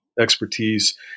expertise